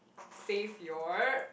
save your